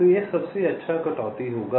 तो यह सबसे अच्छा कटौती होगा